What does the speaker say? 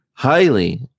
highly